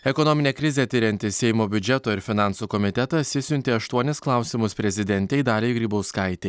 ekonominę krizę tiriantis seimo biudžeto ir finansų komitetas išsiuntė aštuonis klausimus prezidentei daliai grybauskaitei